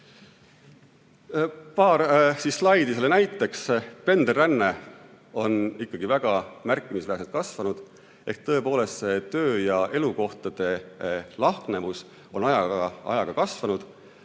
Paar slaidi selle näiteks. Pendelränne on ikkagi väga märkimisväärselt kasvanud. Ehk tõepoolest see töö- ja elukohtade lahknevus on ajaga kasvanud.